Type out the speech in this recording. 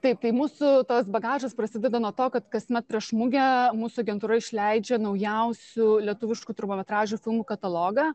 taip tai mūsų tas bagažas prasideda nuo to kad kasmet prieš mugę mūsų agentūra išleidžia naujausių lietuviškų trumpametražių filmų katalogą